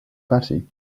batty